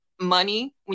money